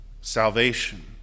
Salvation